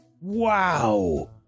Wow